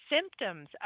symptoms